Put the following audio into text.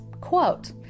quote